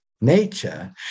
nature